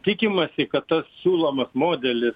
tikimasi kad tas siūlomas modelis